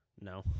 No